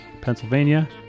Pennsylvania